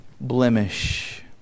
blemish